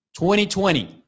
2020